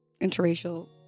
interracial